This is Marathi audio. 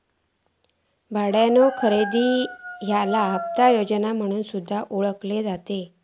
भाड्यानो खरेदी याका हप्ता योजना म्हणून सुद्धा ओळखला जाता